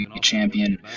champion